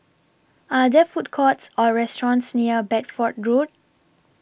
Are There Food Courts Or restaurants near Bedford Road